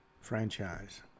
franchise